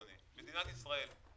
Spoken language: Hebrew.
מדינת ישראל,